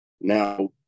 Now